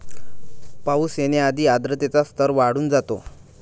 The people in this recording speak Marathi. पाऊस येण्याआधी आर्द्रतेचा स्तर वाढून जातो